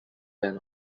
van